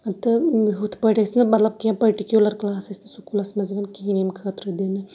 تہٕ ہُتھ پٲٹھۍ ٲسۍ نہٕ مطلب کینٛہہ پٔٹِکیوٗلَر کٕلاس ٲسۍ نہٕ سکوٗلَس منٛز یِوان کِہیٖنۍ ییٚمہِ خٲطرٕ دِنہٕ